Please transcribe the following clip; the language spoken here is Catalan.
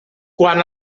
quan